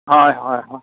হয় হয় হয়